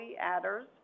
adders